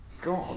God